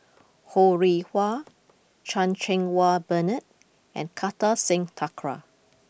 Ho Rih Hwa Chan Cheng Wah Bernard and Kartar Singh Thakral